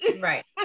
Right